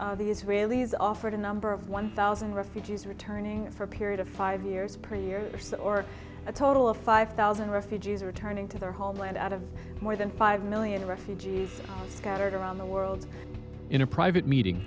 that the israelis offered a number of one thousand refugees returning for a period of five years per year or a total of five thousand refugees returning to their homeland out of more than five million refugees got around the world in a private meeting